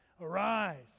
arise